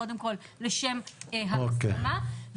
קודם כל לשם ההסכמה.